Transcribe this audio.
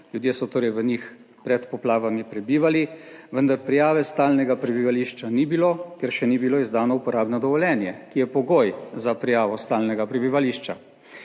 Ljudje so torej v njih pred poplavami prebivali, vendar prijave stalnega prebivališča ni bilo, ker še ni bilo izdano uporabno dovoljenje, ki je pogoj za prijavo stalnega prebivališča.